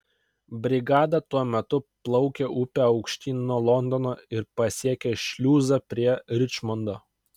brigada tuo metu plaukė upe aukštyn nuo londono ir pasiekė šliuzą prie ričmondo